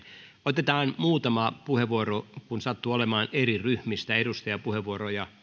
otetaan muutama puheenvuoro kun sattuu olemaan eri ryhmien edustajilla puheenvuoroja